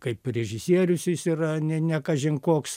kaip režisierius jis yra ne ne kažin koks